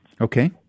Okay